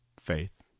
Faith